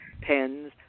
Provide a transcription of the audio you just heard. pens